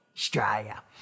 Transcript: Australia